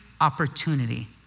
opportunity